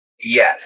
Yes